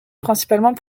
principalement